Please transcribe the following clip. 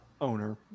owner